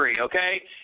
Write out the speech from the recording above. Okay